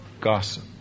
gossip